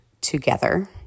together